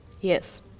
Yes